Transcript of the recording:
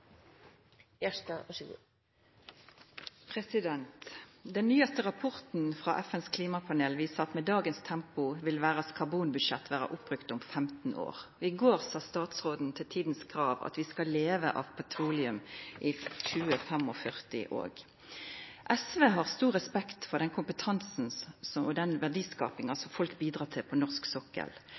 Den nyaste rapporten frå FNs klimapanel viser at med dagens tempo vil verdas karbonbudsjett vera oppbrukt om 15 år. I går sa statsråden til Tidens Krav at vi skal leva av petroleum i 2045 òg. SV har stor respekt for den kompetansen og den verdiskapinga som folk bidreg til på norsk sokkel,